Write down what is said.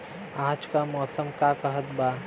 आज क मौसम का कहत बा?